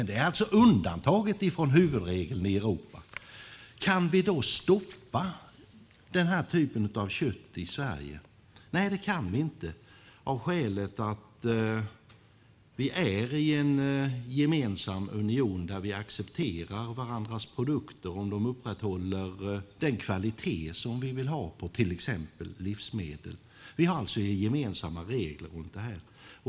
Det är alltså undantaget från huvudregeln i Europa. Kan vi då stoppa den typen av kött i Sverige? Nej, det kan vi inte. Vi är i en gemensam union där vi accepterar varandras produkter om de upprätthåller den kvalitet vi vill ha på till exempel livsmedel. Vi har alltså gemensamma regler om detta.